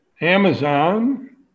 Amazon